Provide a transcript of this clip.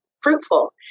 fruitful